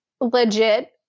legit